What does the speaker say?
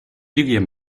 revier